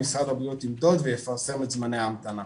משרד הבריאות ימדוד ויפרסם את זמני ההמתנה.